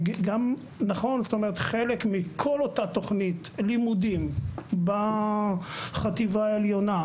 חלק מכל אותה תוכנית לימודים בחטיבה העליונה,